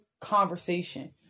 conversation